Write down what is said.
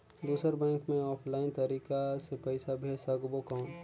दुसर बैंक मे ऑफलाइन तरीका से पइसा भेज सकबो कौन?